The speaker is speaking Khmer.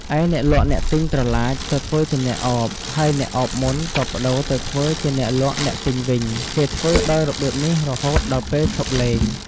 ឯអ្នកលក់អ្នកទិញត្រឡាចទៅធ្វើជាអ្នកឱប ហើយអ្នកឱបមុនក៏ប្តួរទៅធ្វើជាអ្នកលក់ អ្នកទិញវិញ គេធ្វើ ដោយរបៀបនេះរហូតដល់ពេលឈប់លេង។